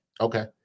Okay